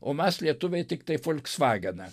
o mes lietuviai tiktai folksvageną